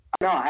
No